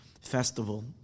festival